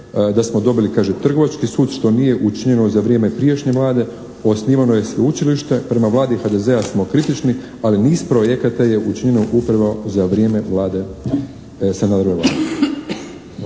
da smo dobili, kaže Trgovački sud što nije učinjeno za vrijeme prijašnje Vlade, osnivano je sveučilište, prema Vladi HDZ-a smo kritični, ali niz projekata je učinjeno upravo za vrijeme Vlade, Sanaderove Vlade.